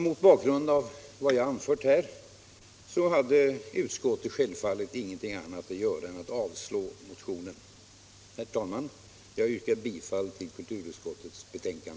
Mot bakgrund av de skäl som jag här har redovisat hade utskottet självfallet ingenting annat att göra än att avstyrka motionen. Herr talman! Jag yrkar bifall till kulturutskottets hemställan.